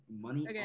money